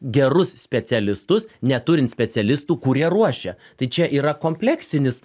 gerus specialistus neturint specialistų kurie ruošia tai čia yra kompleksinis